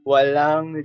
Walang